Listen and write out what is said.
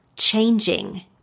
changing